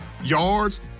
yards